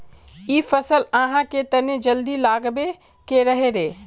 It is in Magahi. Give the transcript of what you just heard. इ फसल आहाँ के तने जल्दी लागबे के रहे रे?